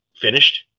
finished